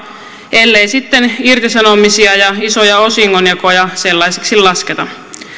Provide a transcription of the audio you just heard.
ellei sitten irtisanomisia ja isoja osingonjakoja sellaisiksi lasketa